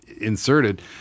inserted